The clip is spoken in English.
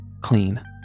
Clean